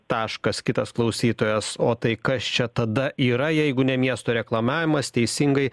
taškas kitas klausytojas o tai kas čia tada yra jeigu ne miesto reklamavimas teisingai